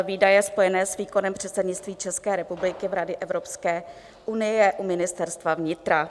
Výdaje spojené s výkonem předsednictví České republiky Rady Evropské unie u Ministerstva vnitra.